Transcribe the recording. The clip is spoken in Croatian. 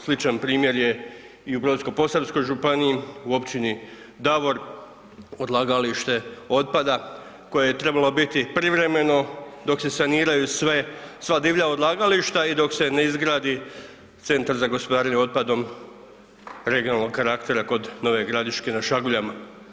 Sličan primjer je i u Brodsko-posavskoj županiji u Općini Davor odlagalište otpada koje je trebalo biti privremeno dok se saniraju sva divlja odlagališta i dok se ne izgradi centar za gospodarenje otpadom regionalnog karaktera kod Nove Gradiške na Šaguljama.